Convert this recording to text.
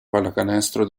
pallacanestro